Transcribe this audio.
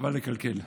חבל לקלקל.